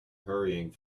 hurrying